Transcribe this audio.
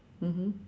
mmhmm